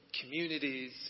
communities